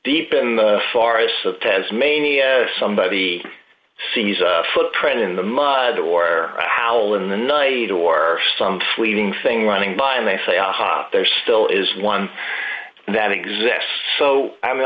deep in the farce of tasmania somebody sees a footprint in the mud or owl in the night or some fleeting thing running by and they say aha there still is one that exists so i mean